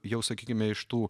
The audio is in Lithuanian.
jau sakykime iš tų